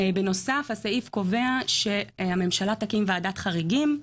בנוסף, הסעיף קובע שהממשלה תקים ועדת חריגים.